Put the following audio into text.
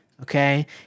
Okay